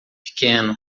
pequeno